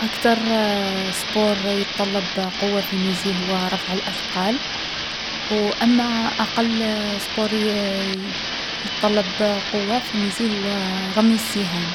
أكتر سبور يطّلّب قوّة في ميزي هو رفع الأثقال. و أما أقل سبور يـ يطّلّب قوة في ميزي هو رمي السهام.